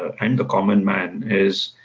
and the common man is